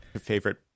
favorite